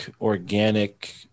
organic